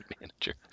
manager